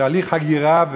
תהליך הגירה,